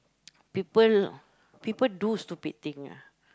people people do stupid thing ah